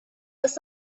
was